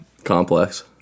Complex